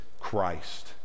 Christ